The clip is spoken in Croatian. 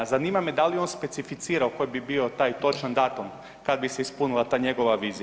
Zanima me da li je on specificirao koji bi bio taj točan datum kad bi se ispunila ta njegova vizija?